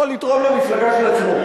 הוא לא יכול לתרום למפלגה של עצמו.